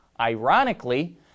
Ironically